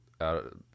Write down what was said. out